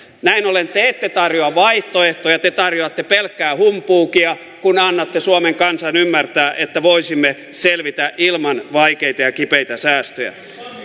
näin ollen te ette tarjoa vaihtoehtoja te tarjoatte pelkkää humpuukia kun annatte suomen kansan ymmärtää että voisimme selvitä ilman vaikeita ja kipeitä säästöjä